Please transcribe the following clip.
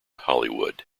hollywood